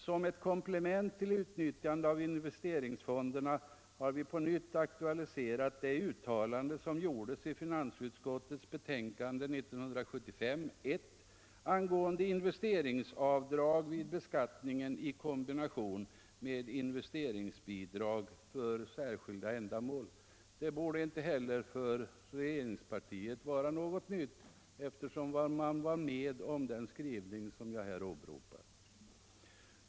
Som ett komplement till utnyttjandet av investeringsfonderna har vi på nytt aktualiserat det uttalande som gjordes i finansutskottets betänkande 1975:1 angående investeringsavdrag vid beskattningen i kombination med investeringsbidrag för särskilda ändamål. Det borde inte heller för regeringspartiet vara något nytt, eftersom man var med om den skrivning som jag här åberopar.